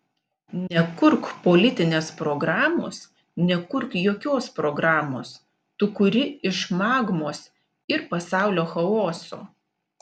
nekurk politinės programos nekurk jokios programos tu kuri iš magmos ir pasaulio chaoso